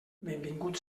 benvingut